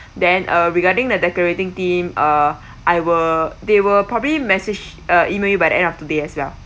then uh regarding the decorating team uh I will they will probably message uh email you by the end of today as well